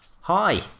Hi